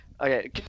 Okay